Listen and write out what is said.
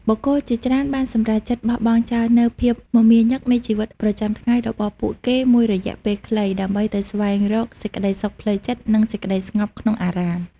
បុគ្គលជាច្រើនបានសម្រេចចិត្តបោះបង់ចោលនូវភាពមមាញឹកនៃជីវិតប្រចាំថ្ងៃរបស់ពួកគេមួយរយៈពេលខ្លី ដើម្បីទៅស្វែងរកសេចក្តីសុខផ្លូវចិត្តនិងសេចក្តីស្ងប់ក្នុងអារាម។